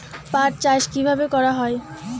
পাট চাষ কীভাবে করা হয়?